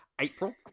april